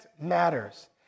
matters